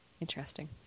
interesting